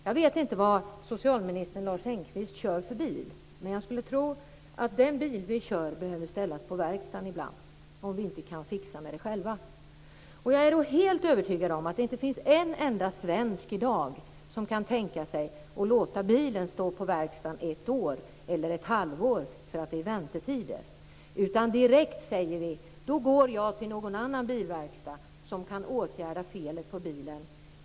Jag vet inte vad socialminister Lars Engqvist kör för bil, men jag skulle tro att den bil han kör behöver ställas på verkstaden ibland - det behöver ju bilar om vi inte själva kan avhjälpa felen. Jag är helt övertygad om att det inte finns en enda svensk som kan tänka sig att låta bilen stå på verkstaden i ett år eller ett halvår för att det är väntetider. Då säger vi direkt: Då går jag till någon annan bilverkstad, som snabbare kan åtgärda felet på bilen.